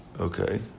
Okay